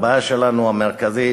הבעיה המרכזית